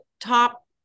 top